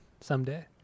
Someday